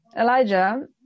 Elijah